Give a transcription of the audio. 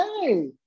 Hey